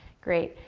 great.